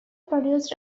produced